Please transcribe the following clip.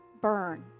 burn